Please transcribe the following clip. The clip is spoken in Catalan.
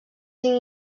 cinc